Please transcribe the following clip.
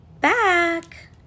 back